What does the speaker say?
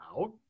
out